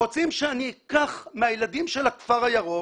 רוצים שאני אקח מהילדים של הכפר הירוק,